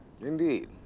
Indeed